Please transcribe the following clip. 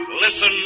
listen